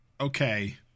Okay